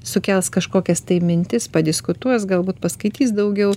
sukels kažkokias tai mintis padiskutuos galbūt paskaitys daugiau